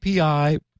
API